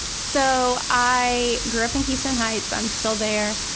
so i grew up in keystone heights, i'm still there,